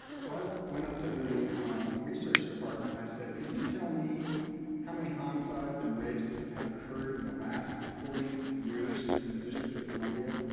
so i went up to the research department and i said, could you tell me how many homicides and rapes have occurred in the last forty years in the district of columbia?